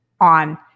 on